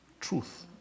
truth